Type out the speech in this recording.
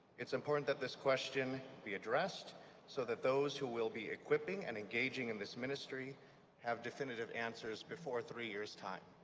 it's important that this question be addressed so that those who will be equipping and engaging in this ministry have definitive answers before three years' time.